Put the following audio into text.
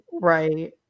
Right